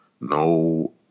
No